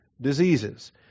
diseases